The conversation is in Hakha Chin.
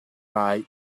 lai